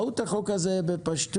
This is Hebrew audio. מהות החוק הזה בפשטות,